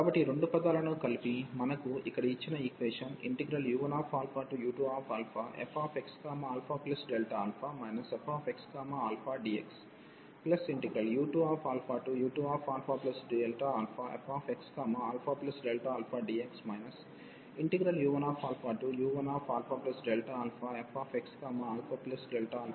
కాబట్టి ఈ రెండు పదాలను కలిపి మనకు ఇక్కడ ఇచ్చిన ఈక్వేషన్ u1u2fxα fxαdxu2u2αΔαfxαΔαdx u1u1αΔαfxαΔαdx